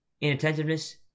inattentiveness